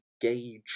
gauge